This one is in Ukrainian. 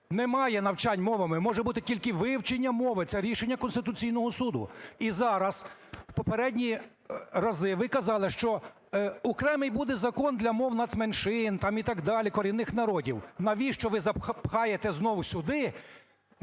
Немає навчань мовами, може бути тільки вивчення мови – це рішення Конституційного Суду. І зараз… в попередні рази ви казали, що окремий буде закон для мов нацменшин, там, і так далі, корінних народів. Навіщо ви пхаєте знову сюди,